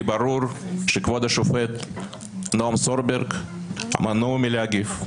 ברור שכבוד השופט נועם סולברג מנוע מלהגיב.